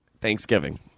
thanksgiving